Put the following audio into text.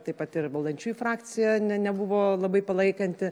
taip pat ir valdančiųjų frakcija ne nebuvo labai palaikanti